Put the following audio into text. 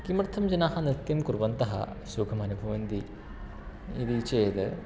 किमर्थं जनाः नृत्यं कुर्वन्तः सुखम् अनुभवन्ति इति चेत्